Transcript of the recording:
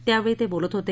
त्यावेळी ते बोलत होते